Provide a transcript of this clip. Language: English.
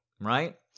right